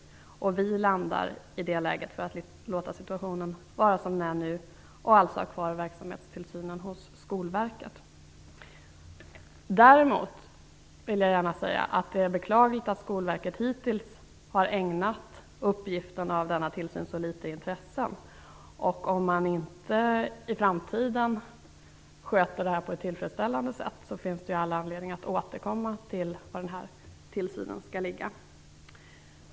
I det läget landar vi på att låta situationen vara som den är nu och alltså ha kvar verksamhetstillsynen hos Däremot vill jag gärna säga att det är beklagligt att Skolverket hittills har ägnat denna tillsyn så litet intresse. Om man inte i framtiden sköter detta på ett tillfredsställande sätt finns det all anledning att återkomma till var denna tillsyn skall ligga.